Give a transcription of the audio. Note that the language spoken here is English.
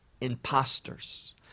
imposters